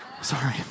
Sorry